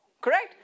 Correct